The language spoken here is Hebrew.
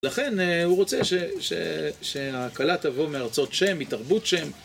לכן הוא רוצה שהקהלה תבוא מארצות שם, מתרבות שם.